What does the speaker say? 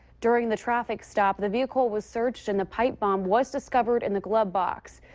during the traffic stop, the vehicle was searched and the pipe bomb was discovered in the glove box.